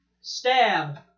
Stab